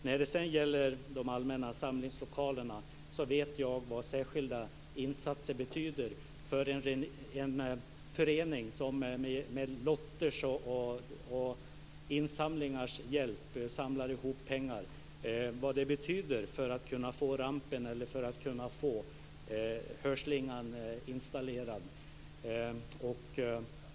När det sedan gäller de allmänna samlingslokalerna vet jag vad särskilda insatser betyder för en förening, som samlar ihop pengar med hjälp av lotter och insamlingar, för att kunna få rampen eller hörslingan installerad.